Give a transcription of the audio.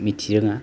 मिथिरोङा